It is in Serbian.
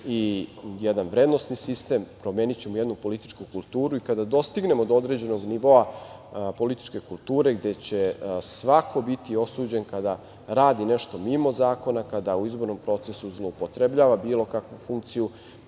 i jedan vrednosni sistem, promenićemo jednu političku kulturu i kada dostignemo do određenog nivoa političke kulture, gde će svako biti osuđen kada radi nešto mimo zakona, kada u izbornom procesu zloupotrebljava bilo kakvu funkciju